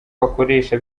bakoresha